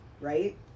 right